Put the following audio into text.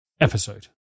episode